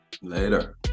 later